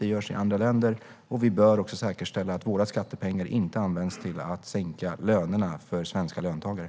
Det görs i andra länder, och vi bör också säkerställa att våra skattepengar inte används till att sänka lönerna för svenska löntagare.